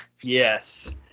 yes